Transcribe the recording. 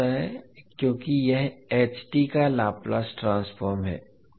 हो जाता है क्योंकि यह का लाप्लास ट्रांसफॉर्म है